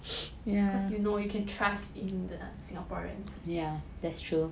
cause you know you can trust in the singaporeans